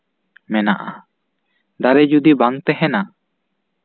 ᱢᱮᱱᱟᱜᱼᱟ ᱫᱟᱨᱮ ᱡᱩᱫᱤ ᱵᱟᱝ ᱛᱟᱦᱮᱱᱟ